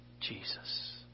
Jesus